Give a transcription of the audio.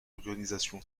organisation